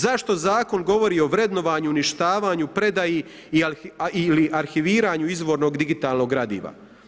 Zašto Zakon govori o vrednovanju, uništavanju, predaji ili arhiviranju izvornog digitalnog gradiva?